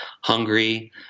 Hungry